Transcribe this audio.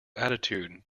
attitude